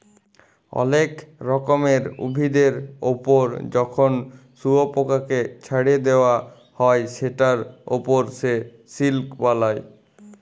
অলেক রকমের উভিদের ওপর যখন শুয়পকাকে চ্ছাড়ে দেওয়া হ্যয় সেটার ওপর সে সিল্ক বালায়